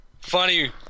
Funny